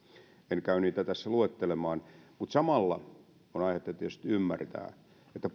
en käy niitä tässä luettelemaan mutta samalla on aihetta tietysti ymmärtää että